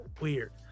weird